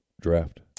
draft